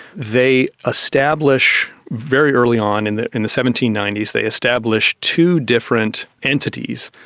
they establish very early on, in the in the seventeen ninety s they establish two different entities,